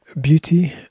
Beauty